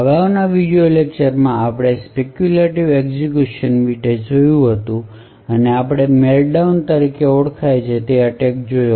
અગાઉના વિડિઓ લેક્ચરમાં આપણે સ્પેક્યૂલેટિવ એક્ઝેક્યુશન વિશે જોયું હતું અને મેલ્ટડાઉન તરીકે ઓળખાય છે તે એટેક જોયો